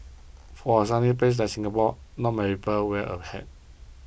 for a sunny place like Singapore not many wear a hat